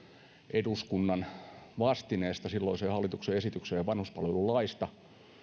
eduskunnan vastineesta silloiseen hallituksen esitykseen vanhuspalvelulaista